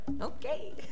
Okay